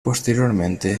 posteriormente